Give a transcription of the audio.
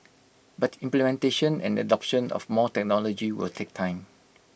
but implementation and adoption of more technology will take time